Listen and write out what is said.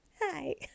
Hi